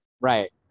Right